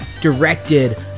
directed